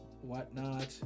whatnot